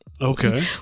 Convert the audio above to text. okay